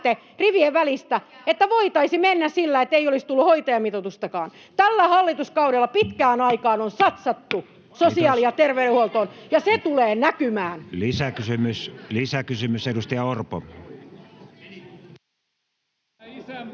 että voitaisiin mennä sillä, että ei olisi tullut hoitajamitoitustakaan. Tällä hallituskaudella pitkään aikaan on satsattu sosiaali- ja terveydenhuoltoon, [Puhemies koputtaa —